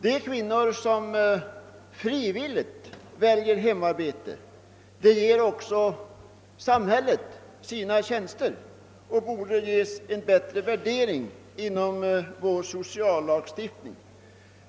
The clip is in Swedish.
De kvinnor som frivilligt väljer hemarbete ger också samhället sina tjänster. Deras arbete borde få en bättre värdering inom vår sociallagstiftning.